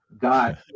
God